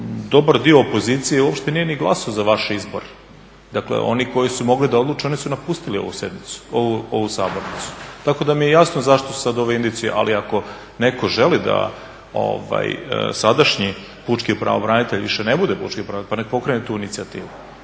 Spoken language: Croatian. dobar dio opozicije uopće nije ni glasao za vaš izbor. Dakle, oni koji su mogli da odluče oni su napustili ovu sabornicu. Tako da mi je jasno zašto su sad ove indicije ali ako netko želi da sadašnji pučki pravobranitelj više ne bude pučki pravobranitelj pa nek pokrene tu inicijativu.